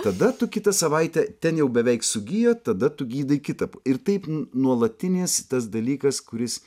tada tu kitą savaitę ten jau beveik sugijo tada tu gydai kitą ir taip nuolatinis tas dalykas kuris